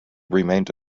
remained